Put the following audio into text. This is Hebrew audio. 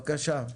בבקשה.